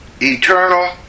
eternal